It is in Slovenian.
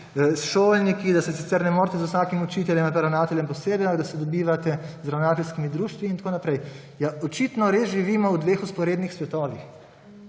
šolniki, da se sicer ne morete z vsakim učiteljem, ravnateljem posebej, da se dobivate z ravnateljskimi društvi in tako naprej. Ja, očitno res živimo v dveh vzporednih svetovih!